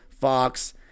Fox